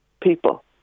people